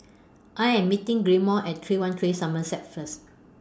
I Am meeting Gilmore At three one three Somerset First